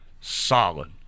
solid